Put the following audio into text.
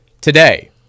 Today